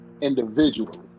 individually